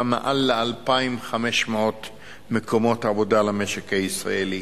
מעל ל-2,500 מקומות עבודה למשק הישראלי.